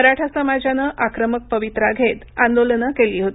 मराठा समाजाने आक्रमक पवित्रा घेत आंदोलनं केली होती